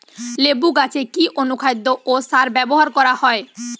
লেবু গাছে কি অনুখাদ্য ও সার ব্যবহার করা হয়?